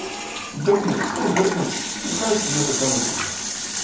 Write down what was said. berniuk ei berniuk užleisk vietą senutei